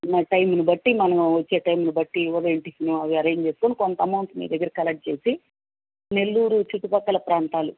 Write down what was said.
ఉన్న టైమును బట్టి మనం వచ్చే టైమును బట్టి ఉదయము టిఫిను అవి అరేంజ్ చేసుకొని కొంత అమౌంట్ మీ దగ్గర కలెక్ట్ చేసి నెల్లూరు చుట్టుపక్కల ప్రాంతాలు